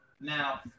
now